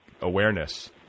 awareness